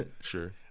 Sure